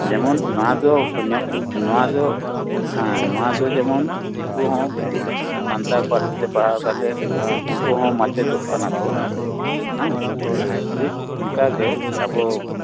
ᱡᱮᱢᱚᱱ ᱱᱚᱣᱟ ᱫᱚ ᱱᱚᱣᱟ ᱫᱚ ᱦᱮᱸ ᱱᱚᱣᱟ ᱡᱮᱢᱚᱱ ᱫᱤᱠᱩ ᱦᱚᱸ ᱥᱟᱱᱛᱟᱲ ᱯᱟᱹᱨᱥᱤ ᱛᱮ ᱯᱟᱲᱦᱟᱣ ᱠᱟᱛᱮᱫ ᱩᱱᱠᱩ ᱦᱚᱸ ᱢᱟᱪᱮᱫᱚᱜ ᱠᱟᱱᱟ ᱠᱚ ᱦᱮᱸ ᱴᱷᱤᱠ ᱚᱱᱠᱟ ᱜᱮ ᱟᱵᱚ